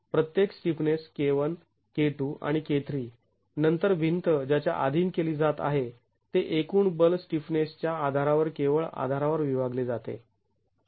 प्रत्येक stiffness K 1 K 2 आणि K 3 नंतर भिंत ज्याच्या अधीन केली जात आहे ते एकूण बल स्टिफनेस च्या आधारावर केवळ आधारावर विभागले जाते